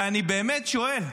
ואני באמת שואל: